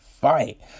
fight